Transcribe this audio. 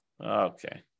Okay